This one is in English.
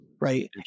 Right